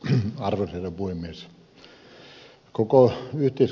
arvoisa herra puhemies